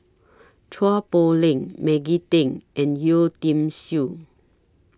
Chua Poh Leng Maggie Teng and Yeo Tiam Siew